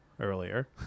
earlier